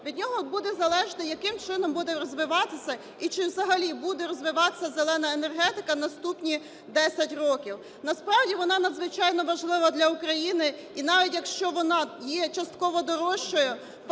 Від нього буде залежати, яким чином буде розвиватися і чи взагалі буде розвиватися "зелена" енергетика наступні 10 років. Насправді, вона надзвичайно важлива для України. І навіть якщо вона є частково дорожчою,